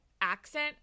accent